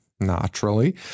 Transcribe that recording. naturally